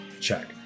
check